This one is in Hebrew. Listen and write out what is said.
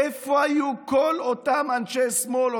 איפה היו כל אותם אנשי שמאל,